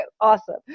awesome